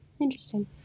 Interesting